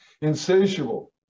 insatiable